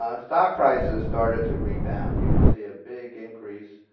ah stock prices started to rebound. you can see a big increase